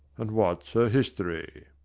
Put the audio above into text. and what's her history?